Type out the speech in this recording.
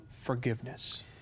forgiveness